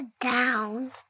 down